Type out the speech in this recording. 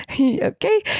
okay